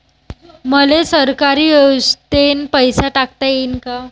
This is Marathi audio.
मले सरकारी योजतेन पैसा टाकता येईन काय?